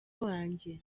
wanjye